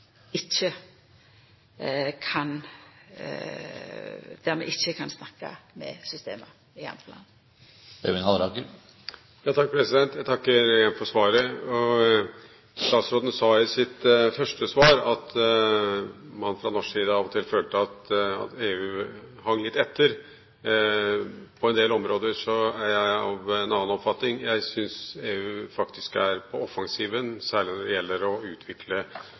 vi ikkje kan snakka med system i andre land. Jeg takker igjen for svaret. Statsråden sa i sitt første svar at man fra norsk side av og til følte at EU henger litt etter. På en del områder er jeg av en annen oppfatning. Jeg syns faktisk EU er på offensiven, særlig når det gjelder å utvikle